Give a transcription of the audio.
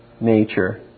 nature